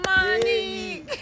money